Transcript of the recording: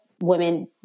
women